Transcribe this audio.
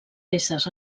peces